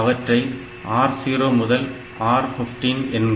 அவற்றை R 0 முதல் R 15 என்க